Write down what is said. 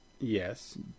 Yes